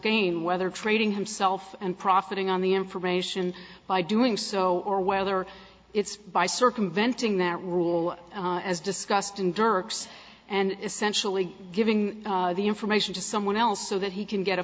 gain whether trading himself and profiting on the information by doing so or whether it's by circumventing that rule as discussed in dirk's and essentially giving the information to someone else so that he can get a